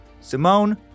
Simone